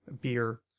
beer